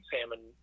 salmon